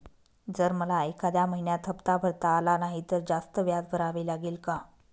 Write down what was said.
जर मला एखाद्या महिन्यात हफ्ता भरता आला नाही तर जास्त व्याज भरावे लागेल का?